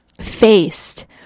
faced